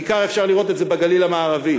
בעיקר אפשר לראות את זה בגליל המערבי,